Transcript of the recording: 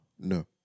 No